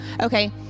Okay